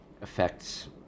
Affects